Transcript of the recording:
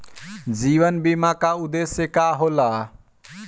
जीवन बीमा का उदेस्य का होला?